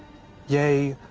yea,